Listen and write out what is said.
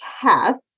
test